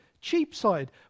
Cheapside